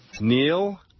Neil